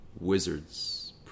Wizards